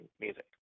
music